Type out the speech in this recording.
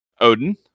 Odin